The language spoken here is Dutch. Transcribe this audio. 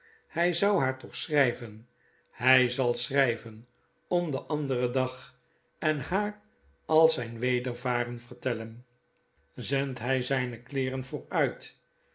hy zou haar toch schryven hy zal schryven om den anderen dag en haar al zijn wedervaren vertellen zendt hij zijne kleeren